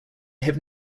have